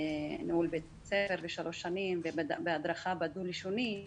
בניהול בית ספר, ושלוש שנים בהדרכה בדו-לשוני.